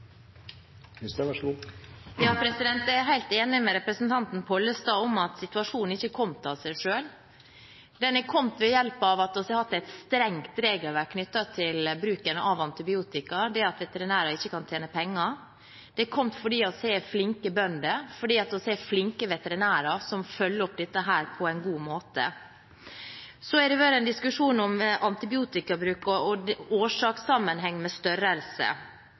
enig med representanten Pollestad i at situasjonen ikke er kommet av seg selv. Den er kommet ved hjelp av at vi har hatt et strengt regelverk knyttet til bruken av antibiotika, at veterinærer ikke kan tjene penger på det, den er kommet fordi vi har flinke bønder, og fordi vi har flinke veterinærer som følger opp dette på en god måte. Så har det vært en diskusjon om antibiotikabruk og årsakssammenheng med størrelse. Vi har gått inn og sett på tallene fra Tine, som viser at antibiotikabruken i de større